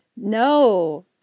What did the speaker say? No